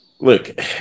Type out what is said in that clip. look